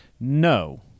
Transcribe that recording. No